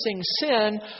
sin